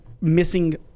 missing